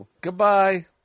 Goodbye